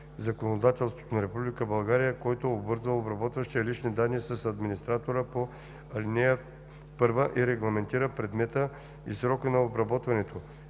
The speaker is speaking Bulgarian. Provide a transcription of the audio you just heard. законодателството на Република България, който обвързва обработващия лични данни с администратора по ал. 1 и регламентира предмета и срока на обработването,